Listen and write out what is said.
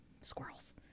squirrels